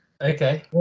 Okay